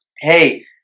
hey